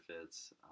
Fits